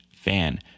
fan